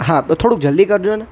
હા થોડુંક જલ્દી કરજોને